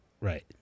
Right